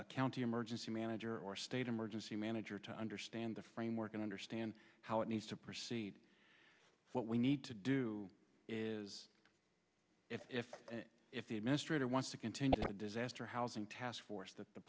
a county emergency manager or state emergency manager to understand the framework and understand how it needs to proceed what we need to do is if if the administrator wants to continue the disaster housing task force that the